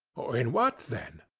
in what, then?